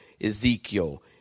Ezekiel